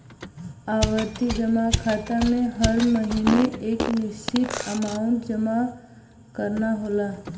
आवर्ती जमा खाता में हर महीने एक निश्चित अमांउट जमा करना होला